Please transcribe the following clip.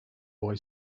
boy